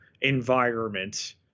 environment